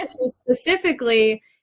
specifically